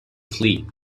flee